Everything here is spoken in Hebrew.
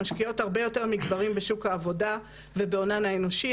משקיעות הרבה יותר מגברים בשוק העבודה ובהונן האנושי.